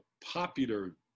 popular